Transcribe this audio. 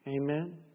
Amen